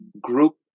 group